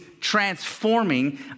transforming